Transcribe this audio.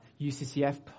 UCCF